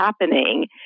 happening